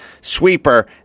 sweeper